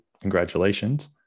congratulations